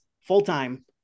full-time